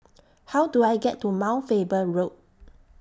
How Do I get to Mount Faber Road